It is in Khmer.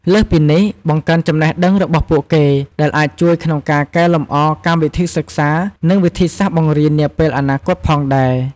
លើសពីនេះ បង្កើនចំណេះដឹងរបស់ពួកគេ ដែលអាចជួយក្នុងការកែលម្អកម្មវិធីសិក្សា និងវិធីសាស្រ្តបង្រៀននាពេលអនាគតផងដែរ។